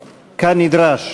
כנדרש.